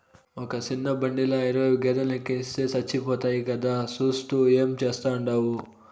ఒక సిన్న బండిల ఇరవై గేదేలెనెక్కిస్తే సచ్చిపోతాయి కదా, సూత్తూ ఏం చేస్తాండావు